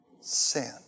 Sin